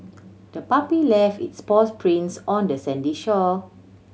the puppy left its paws prints on the sandy shore